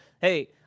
Hey